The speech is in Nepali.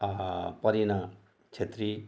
परिना छेत्री